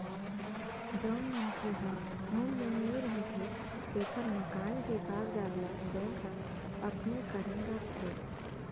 जउन मनखे ह होम लोन ले रहिथे तेखर मकान के कागजात ल बेंक ह अपने करन राखथे